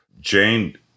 Jane